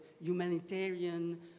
humanitarian